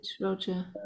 Roger